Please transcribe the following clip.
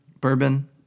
Bourbon